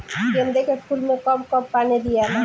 गेंदे के फूल मे कब कब पानी दियाला?